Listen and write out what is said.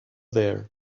there